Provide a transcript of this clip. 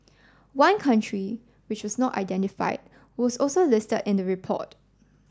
one country which was not identified was also listed in the report